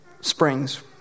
springs